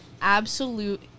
absolute